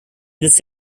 this